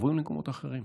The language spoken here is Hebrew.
הם עוברים למקומות אחרים.